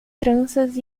tranças